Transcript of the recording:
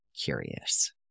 curious